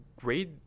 grade